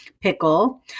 pickle